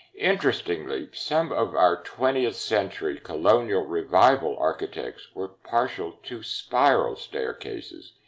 interestingly, some of our twentieth century colonial revival architects were partial to spiral staircases,